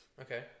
okay